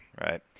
right